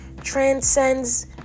transcends